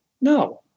No